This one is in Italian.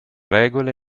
regole